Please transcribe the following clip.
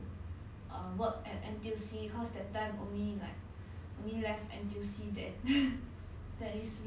then then then then then hor my friend also wanted to